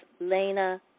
Lena